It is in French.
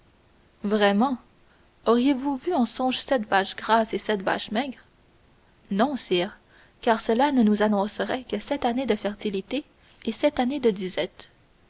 vraiment auriez-vous vu en songe sept vaches grasses et sept vaches maigres non sire car cela ne nous annoncerait que sept années de fertilité et sept années de disette